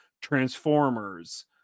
Transformers